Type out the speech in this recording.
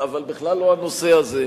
אבל בכלל לא הנושא הזה.